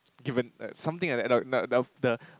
given something like that the the the the